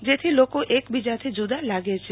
જેથી લોકો એકબીજાથી જુદા જુદા લાગે છે